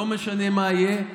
לא משנה מה יהיה,